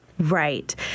right